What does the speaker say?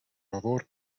favor